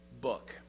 book